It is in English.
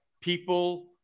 people